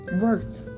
worth